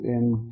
E